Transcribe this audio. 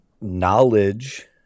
knowledge